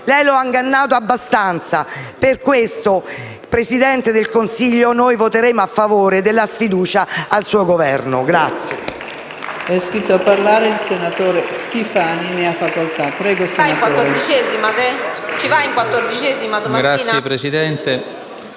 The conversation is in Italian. Lei lo ha ingannato abbastanza. Per questo, Presidente del Consiglio, noi voteremo a favore della mozione di sfiducia al suo Governo.